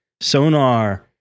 sonar